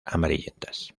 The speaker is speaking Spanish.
amarillentas